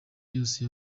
yose